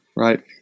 Right